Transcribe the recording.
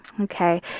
Okay